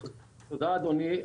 תודה, אדוני.